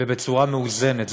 ובצורה מאוזנת.